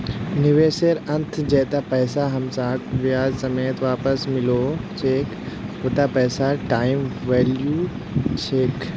निवेशेर अंतत जैता पैसा हमसाक ब्याज समेत वापस मिलो छेक उता पैसार टाइम वैल्यू ह छेक